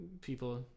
people